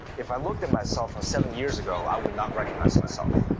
if i looked at myself around seven years ago, i would not recognize myself.